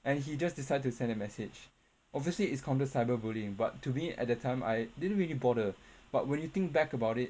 and he just decide to send a message obviously it's counted cyberbullying but to me at that time I didn't really bother but when you think back about it